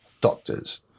doctors